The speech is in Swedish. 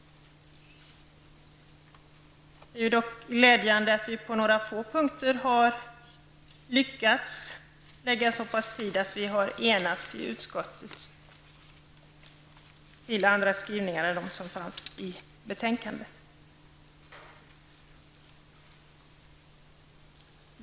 Det är dock glädjande att vi på några få punkter har lyckats lägga ned så pass mycket tid att vi har kunnat enas i utskottet om skrivningar som är annorlunda än skrivningarna i propositionen.